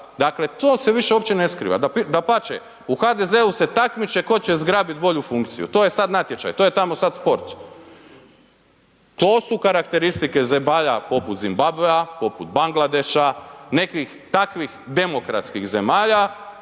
dakle to se više uopće ne skriva, dapače u HDZ-u se takmiče tko će zgrabiti bolju funkciju, to je sad natječaj, to je tamo sad sport. To su karakteristike zemalja poput Zimbabvea, poput Bangladeša, nekih takvih demokratskih zemalja